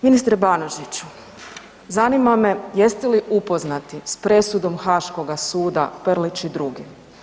Ministre BAnožiću, zanima me jeste li upoznati s presudom Haškoga suda Prlić i drugi?